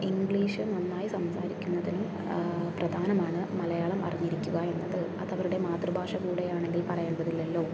English നന്നായി സംസാരിക്കുന്നതിൽ പ്രധാനമാണ് മലയാളം അറിഞ്ഞിരിക്കുക എന്നത് അത് അവരുടെ മാതൃഭാഷ കൂടിയാണെങ്കിൽ പറയേണ്ടതില്ലല്ലോ